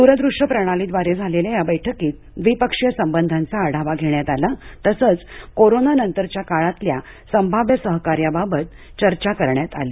दूरदूश्य प्रणालीद्वारे झालेल्या या बैठकीत द्विपक्षीय संबंधांचा आढावा घेण्यात आला तसंच कोरोना नंतरच्या काळातल्या संभाव्य सहकार्याबाबत चर्चा करण्यात आली